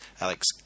Alex